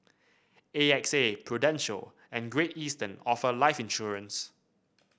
A X A Prudential and Great Eastern offer life insurance